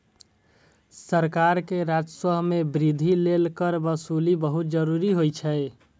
सरकार के राजस्व मे वृद्धि लेल कर वसूली बहुत जरूरी होइ छै